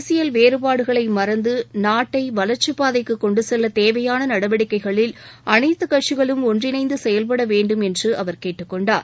அரசியல் வேறுபாடுகளைமறந்துநாட்டைவளர்ச்சிப்பாதைக்குகொண்டுசெல்லதேவையானநடவடிக்கைகளில் அனைத்துக் கட்சிகளும் ஒன்றிணைந்துசெயல்படவேண்டும் என்றுஅவர் கேட்டுக் கொண்டார்